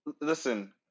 Listen